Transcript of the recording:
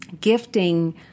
gifting